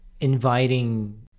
inviting